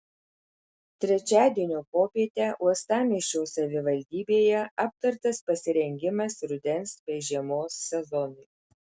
trečiadienio popietę uostamiesčio savivaldybėje aptartas pasirengimas rudens bei žiemos sezonui